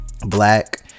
black